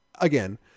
Again